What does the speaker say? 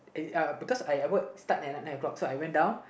uh because I I work start at nine O-clock so I went down